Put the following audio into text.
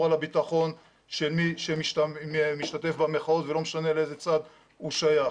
על הביטחון של מי שמשתתף במחאות ולא משנה לאיזה צד הוא שייך.